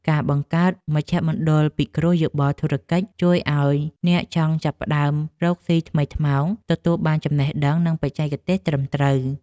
ការបង្កើតមជ្ឈមណ្ឌលពិគ្រោះយោបល់ធុរកិច្ចជួយឱ្យអ្នកចង់ចាប់ផ្តើមរកស៊ីថ្មីថ្មោងទទួលបានចំណេះដឹង និងបច្ចេកទេសត្រឹមត្រូវ។